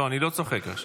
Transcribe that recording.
לא, אני לא צוחק עכשיו.